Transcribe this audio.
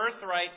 birthright